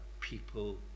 people